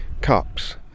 cups